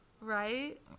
Right